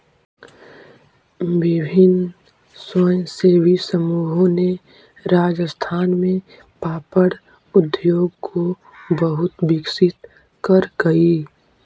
विभिन्न स्वयंसेवी समूहों ने राजस्थान में पापड़ उद्योग को बहुत विकसित करकई